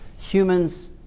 humans